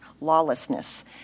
lawlessness